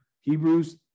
Hebrews